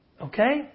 Okay